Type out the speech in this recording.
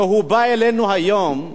שבא אלינו היום,